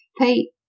Pete